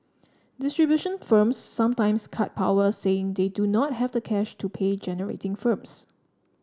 distribution firms sometimes cut power saying they do not have the cash to pay generating firms